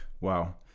Wow